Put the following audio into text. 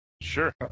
Sure